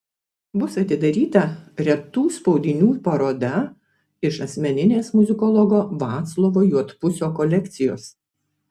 bus atidaryta retų spaudinių paroda iš asmeninės muzikologo vaclovo juodpusio kolekcijos